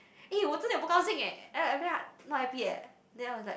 eh 我真的也不高兴 leh not happy eh then I was like